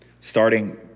starting